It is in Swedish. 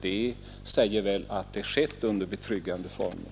Det visar väl att behandlingen skett under betryggande former.